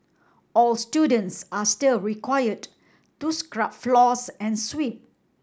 all students are still required to scrub floors and sweep